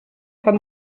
kann